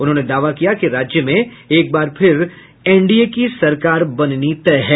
उन्होंने दावा किया कि राज्य में एक बार फिर एनडीए की सरकार बननी तय है